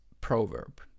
proverb